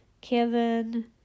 Kevin